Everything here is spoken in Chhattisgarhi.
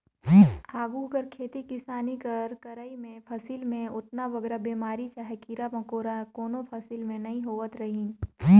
आघु कर खेती किसानी कर करई में फसिल में ओतना बगरा बेमारी चहे कीरा मकोरा कोनो फसिल में नी होवत रहिन